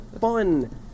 fun